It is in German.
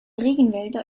regenwälder